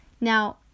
Now